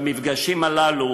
במפגשים הללו